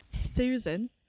Susan